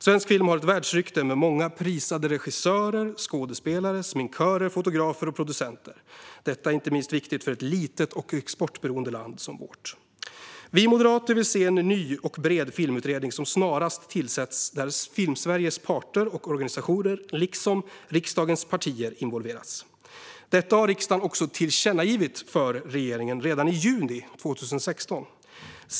Svensk film har ett världsrykte med många prisade regissörer, skådespelare, sminkörer, fotografer och producenter. Detta är inte minst viktigt för ett litet och exportberoende land som vårt. Vi moderater vill se att det snarast tillsätts en ny och bred filmutredning där Filmsveriges parter och organisationer, liksom riksdagens partier, involveras. Detta har riksdagen också tillkännagivit för regeringen redan i juni 2016.